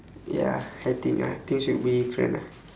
ya I think ah I think should be different ah